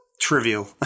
Trivial